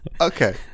okay